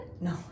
No